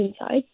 inside